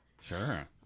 Sure